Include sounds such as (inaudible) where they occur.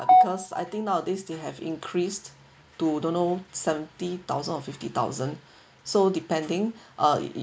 cause I think nowadays they have increased to don't know seventy thousand and fifty thousand (breath) so depending (breath) uh